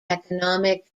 economic